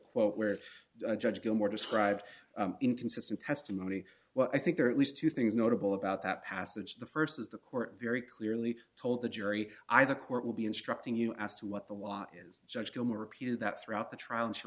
quote where judge gilmore described inconsistent testimony well i think there are at least two things notable about that passage the st is the court very clearly told the jury i the court will be instructing you as to what the law is judge gilmore repeated that throughout the trial and she